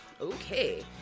Okay